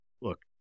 Look